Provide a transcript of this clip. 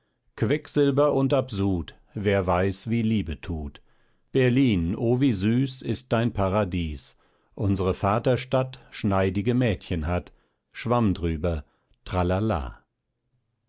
quecksilber und absud wer weiß wie liebe tut berlin o wie süß ist dein paradies unsere vaterstadt schneidige mädchen hat schwamm drüber tralala